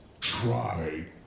try